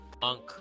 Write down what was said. punk